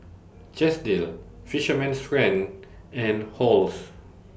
Chesdale Fisherman's Friend and Halls